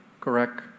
correct